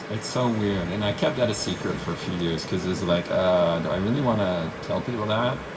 it's so weird and i kept that a secret for a few years because it's like, do and i really want to tell people that?